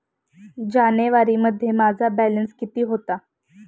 जानेवारीमध्ये माझा बॅलन्स किती होता?